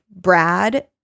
Brad